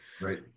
Right